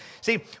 See